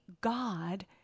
God